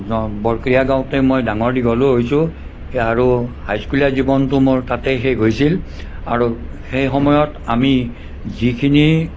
বৰকুঢ়িয়া গাঁৱতে মই ডাঙৰ দীঘলো হৈছোঁ আৰু হাইস্কুলীয়া জীৱনটো মোৰ তাতেই শেষ হৈছিল আৰু সেই সময়ত আমি যিখিনি